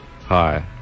Hi